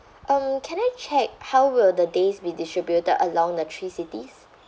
um can I check how will the days be distributed along the three cities